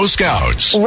Scouts